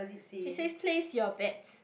it says place your bets